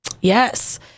Yes